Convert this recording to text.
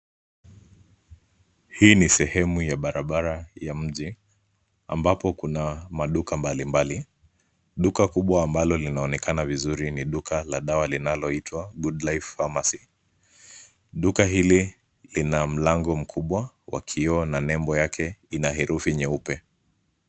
Hii ni sehemu ya barabara ya mji, ambapo kuna maduka mbalimbali. Duka kubwa ambalo linaonekana vizuri ni duka la dawa linaloitwa Good Life Pharmacy . Duka hili lina mlango mkubwa wa kioo na nembo yake ina herufi nyeupe.